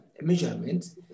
measurement